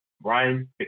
Brian